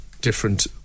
different